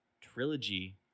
trilogy